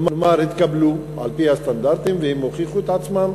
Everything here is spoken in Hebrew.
כלומר התקבלו על-פי הסטנדרטים והוכיחו את עצמם.